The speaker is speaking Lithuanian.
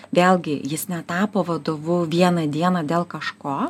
vėlgi jis netapo vadovu vieną dieną dėl kažko